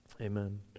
Amen